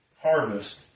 harvest